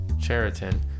Cheriton